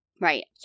right